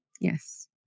Yes